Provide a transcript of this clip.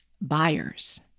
buyers